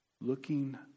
Looking